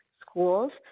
schools